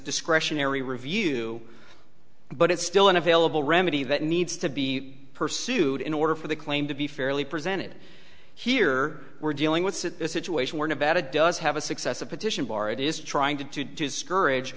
discretionary review but it's still an available remedy that needs to be pursued in order for the claim to be fairly presented here we're dealing with a situation where nevada does have a success a petition bar it is trying to to discourage